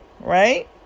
right